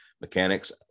mechanics